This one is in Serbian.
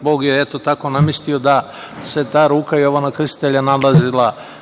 Bog je eto tako namestio da se ta ruka Jovana Krstitelja nalazila